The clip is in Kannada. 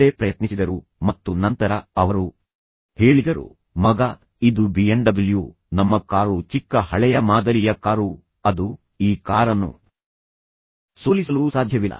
ತಂದೆ ಪ್ರಯತ್ನಿಸಿದರು ಮತ್ತು ನಂತರ ಅವರು ಹೇಳಿದರು ಮಗ ಇದು ಬಿಎಂಡಬ್ಲ್ಯೂ ನಮ್ಮ ಕಾರು ಚಿಕ್ಕ ಹಳೆಯ ಮಾದರಿಯ ಕಾರು ಅದು ಈ ಕಾರನ್ನು ಸೋಲಿಸಲು ಸಾಧ್ಯವಿಲ್ಲ